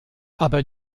aber